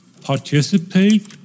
participate